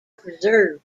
preserved